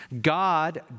God